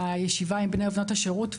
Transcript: הישיבה עם בני ובנות השירות,